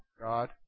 God